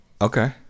okay